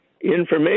information